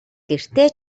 гэртээ